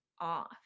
off